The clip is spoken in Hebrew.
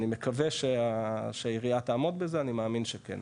אני מקווה שהעירייה תעמוד בזה, אני מאמין שכן.